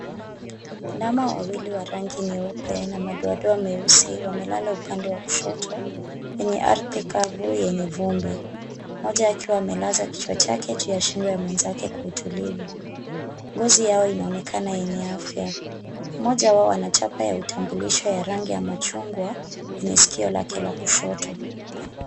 Ndama wawili wa rangi nyeupe na madoadoa meusi, wamelala upande wa kushoto kwenye ardhi kavu yenye vumbi, mmoja akiwa amelaza kichwa chake juu ya shingo ya mwenzake kwa utulivu. Ngozi yao inaonekana yenye afya. Mmoja wao ana chapa ya utambulisho ya rangi ya machungwa kwenye skio lake la kushoto.